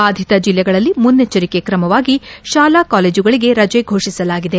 ಬಾಧಿತ ಜಿಲ್ಲೆಗಳಲ್ಲಿ ಮುನ್ನೆಚ್ಚರಿಕೆ ತ್ರಮವಾಗಿ ಶಾಲಾ ಕಾಲೇಜುಗಳಿಗೆ ರಜೆ ಫೋಷಿಸಲಾಗಿದೆ